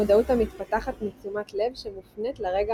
מודעות המתפתחת מתשומת לב שמופנית לרגע